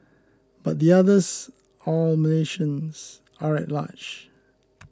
but the others all Malaysians are at large